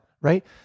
Right